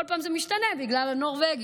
כל פעם זה משתנה, בגלל הנורבגי.